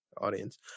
audience